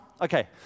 Okay